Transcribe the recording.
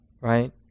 right